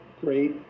great